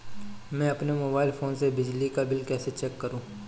मैं अपने mobile phone से बिजली का बिल कैसे चेक करूं?